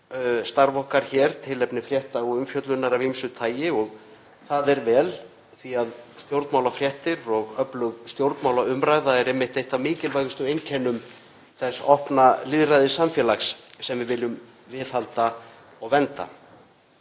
starf okkar hér tilefni frétta og umfjöllunar af ýmsu tagi, og er það vel því stjórnmálafréttir og öflug stjórnmálaumræða eru einmitt eitt af mikilvægum einkennum hins opna lýðræðissamfélags sem við viljum viðhalda og vernda.